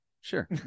sure